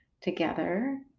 together